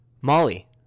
Molly